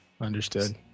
Understood